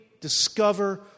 discover